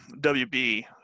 WB